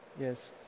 Yes